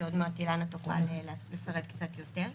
שעוד מעט אילנה תוכל לפרט קצת יותר,